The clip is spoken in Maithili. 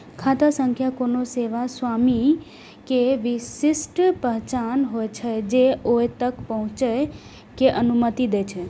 खाता संख्या कोनो सेवा स्वामी के विशिष्ट पहचान होइ छै, जे ओइ तक पहुंचै के अनुमति दै छै